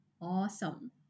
Awesome